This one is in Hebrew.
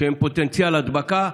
שהם פוטנציאל הדבקה,